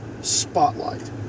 Spotlight